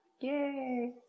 Yay